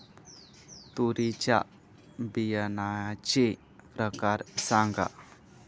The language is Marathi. तूरीच्या बियाण्याचे प्रकार सांगा